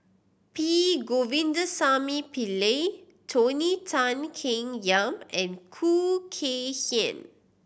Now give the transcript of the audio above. P Govindasamy Pillai Tony Tan Keng Yam and Khoo Kay Hian